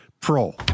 pro